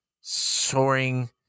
Soaring